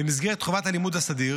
במסגרת חובת הלימוד הסדיר